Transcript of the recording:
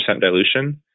dilution